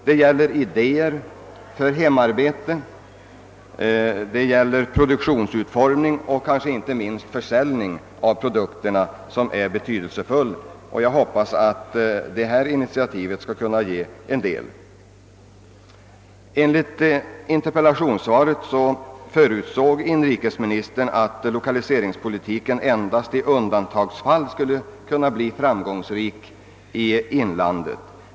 Det betydelsefulla är att få fram idéer till produktutformning och inte minst försäljning av produkterna. Enligt interpellationssvaret förutsåg inrikesministern att lokaliseringspolitiken endast i undantagsfall skulle kunna bli framgångsrik i Norrlands inland.